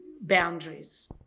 boundaries